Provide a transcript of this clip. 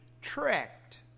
tricked